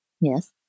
Yes